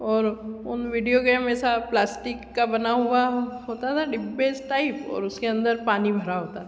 और उन video game में ऐसा प्लास्टिक का बना होता था डिब्बेस टाइप और उसके अंदर पानी भरा होता था